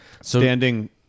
Standing